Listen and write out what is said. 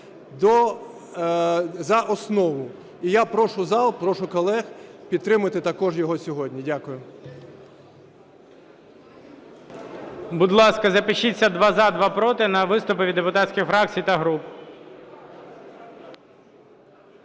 за основу. І я прошу зал, прошу колег: підтримайте також його сьогодні. Дякую.